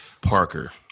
Parker